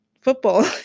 football